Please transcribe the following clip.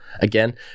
again